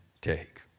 take